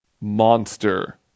monster